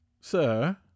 Sir